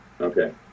Okay